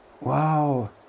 Wow